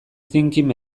thinking